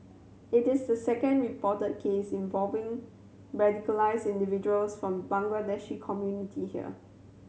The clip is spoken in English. it is the second reported case involving radicalised individuals from Bangladeshi community here